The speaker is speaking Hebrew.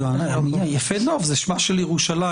אבל יפה נוף זה שמה של ירושלים,